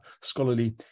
scholarly